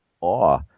awe